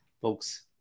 folks